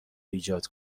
ایجاد